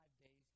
days